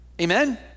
Amen